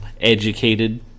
educated